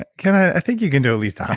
and ken, i think you can do at least ah